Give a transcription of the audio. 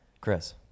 Chris